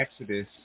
Exodus